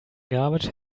garbage